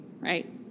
right